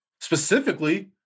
Specifically